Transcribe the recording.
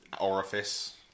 orifice